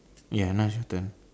ya now's your turn